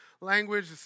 language